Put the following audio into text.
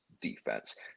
defense